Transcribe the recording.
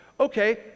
Okay